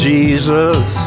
Jesus